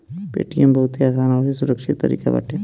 Paytm बहुते आसान अउरी सुरक्षित तरीका बाटे